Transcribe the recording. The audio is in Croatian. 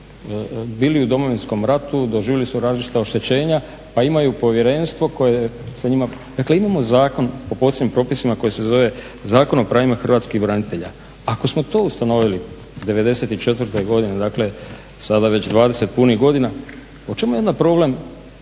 bili u Domovinskom ratu, doživjeli su različita oštećenja pa imaju povjerenstvo koje se njima. Dakle, imamo Zakon o posebnim propisima koji se zove Zakon o pravima hrvatskih branitelja. Ako smo to ustanovili '94. godine, dakle sada već 20 punih godina, u čemu je onda problem